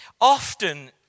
Often